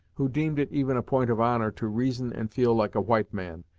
who deemed it even a point of honor to reason and feel like a white man,